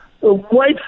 white